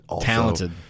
Talented